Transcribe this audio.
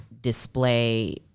display